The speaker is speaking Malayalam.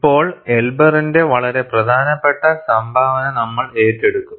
ഇപ്പോൾ എൽബറിന്റെ വളരെ പ്രധാനപ്പെട്ട സംഭാവന നമ്മൾ ഏറ്റെടുക്കും